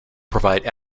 provide